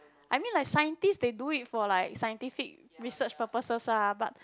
I mean like scientist they do it for like scientific research purposes ah but